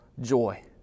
joy